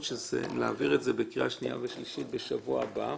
שנעביר את זה בקריאה שנייה ושלישית בשבוע הבא.